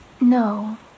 No